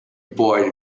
boy